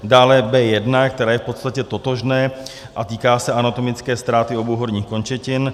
Dále B1, které je v podstatě totožné a týká se anatomické ztráty obou horních končetin.